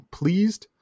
pleased